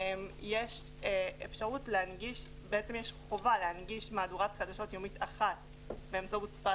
יש חובה להנגיש מהדורת חדשות יומית אחת באמצעות שפת